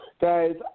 Guys